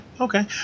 okay